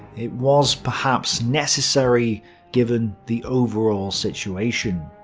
it was perhaps necessary given the overall situation.